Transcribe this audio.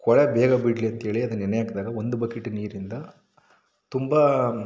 ಕೊಳೆ ಬೇಗ ಬಿಡಲಿ ಅಂಥೇಳಿ ಅದು ನೆನೆ ಹಾಕಿದಾಗ ಒಂದು ಬಕೆಟ್ ನೀರಿಂದ ತುಂಬ